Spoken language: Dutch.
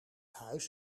huis